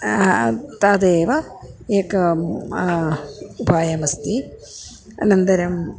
तदेव एकम् उपायमस्ति अनन्तरम्